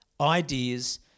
Ideas